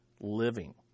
living